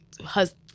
husband